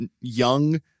young